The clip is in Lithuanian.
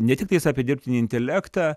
ne tiktais apie dirbtinį intelektą